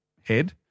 head